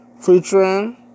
featuring